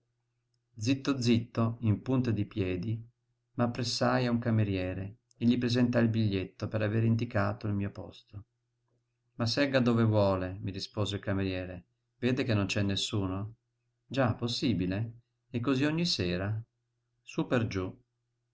zitto zitto in punta di piedi m'appressai a un cameriere e gli presentai il biglietto per avere indicato il mio posto ma segga dove vuole mi rispose il cameriere vede che non c'è nessuno già possibile è cosí ogni sera sú per giú